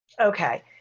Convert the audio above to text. Okay